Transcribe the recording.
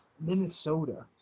Minnesota